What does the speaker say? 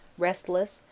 restless,